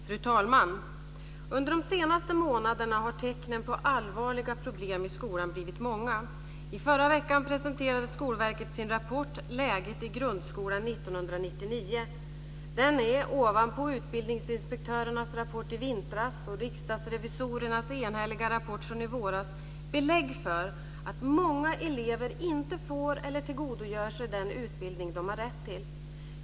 Fru talman! Under de senaste månaderna har tecknen på allvarliga problem i skolan blivit många. I förra veckan presenterade Skolverket sin rapport Läget i grundskolan 1999. Den är ovanpå utbildningsinspektörernas rapport i vintras och riksdagsrevisorernas enhälliga rapport från i våras, belägg för att många elever inte får eller tillgodogör sig den utbildning de har rätt till.